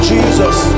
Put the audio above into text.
Jesus